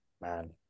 man